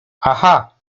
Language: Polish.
aha